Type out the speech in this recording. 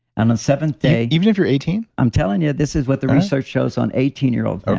and then seventh day even if you're eighteen? i'm telling you, this is what the research shows on eighteen year olds.